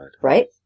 Right